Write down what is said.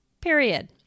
period